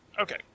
Okay